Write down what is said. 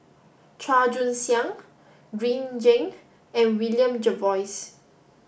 Chua Joon Siang Green Zeng and William Jervois